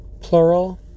plural